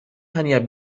hanya